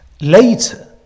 Later